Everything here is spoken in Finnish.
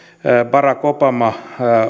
barack obama